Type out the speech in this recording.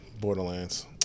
Borderlands